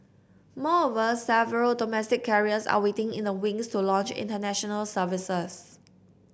moreover several domestic carriers are waiting in the wings to launch International Services